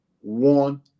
one